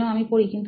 সেগুলো আমি পড়ি